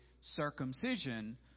circumcision